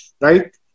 right